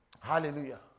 hallelujah